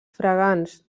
fragants